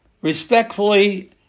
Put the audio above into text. respectfully